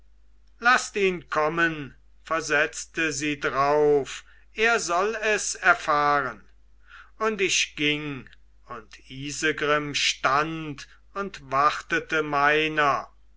laßt ihn kommen versetzte sie drauf er soll es erfahren und ich ging und isegrim stand und wartete meiner